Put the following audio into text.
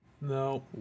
No